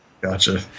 Gotcha